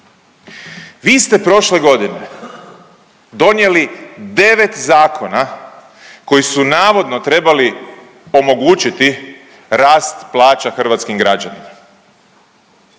Vi ste prošle godine donijeli 9 zakona koji su navodno trebali omogućiti rast plaća hrvatskim građanima.